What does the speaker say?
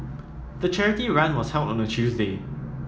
the charity run was held on a Tuesday